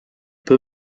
peu